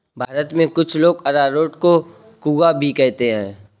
भारत में कुछ लोग अरारोट को कूया भी कहते हैं